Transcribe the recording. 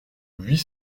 huit